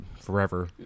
forever